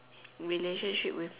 relationship with